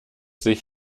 sich